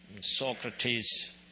Socrates